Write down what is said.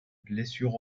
blessure